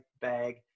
bag